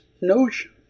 notion